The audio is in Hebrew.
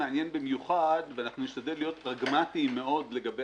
מעניין במיוחד ואנחנו נשתדל להיות פרגמטיים מאוד לגבי